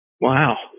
Wow